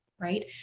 right?